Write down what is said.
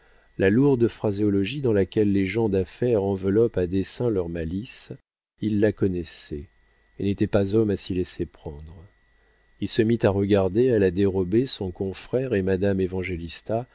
la lourde phraséologie dans laquelle les gens d'affaires enveloppent à dessein leurs malices il la connaissait et n'était pas homme à s'y laisser prendre il se mit à regarder à la dérobée son confrère et madame